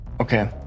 Okay